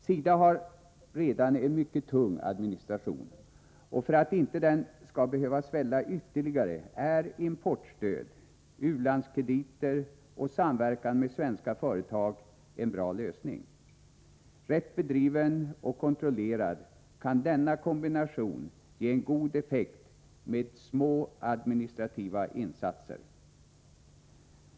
SIDA har redan en mycket tung administration och för att den inte skall behöva svälla ytterligare är importstöd, u-landskrediter och samverkan med svenska företag en bra lösning. Rätt bedriven och kontrollerad kan denna kombination ge en god effekt med små administrativa insatser.